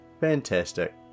Fantastic